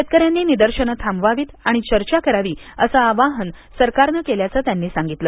शेतकऱ्यांनी निदर्शनं थांबवावीत आणि चर्चा करावी असं आवाहन सरकारनं केल्याचं त्यांनी सांगितलं